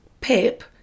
Pip